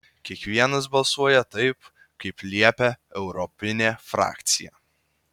kiekvienas balsuoja taip kaip liepia europinė frakcija